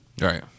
Right